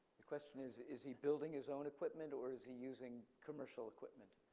the question is, is he building his own equipment or is he using commercial equipment?